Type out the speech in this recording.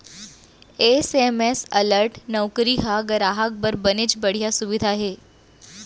SMS alert नउकरी ह गराहक बर बनेच बड़िहा सुबिधा हे